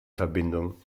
verbindung